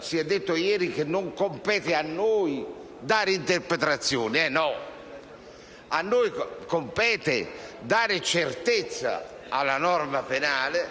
si è detto ieri che non compete a noi dare interpretazione. No! A noi compete dare certezza alla norma penale,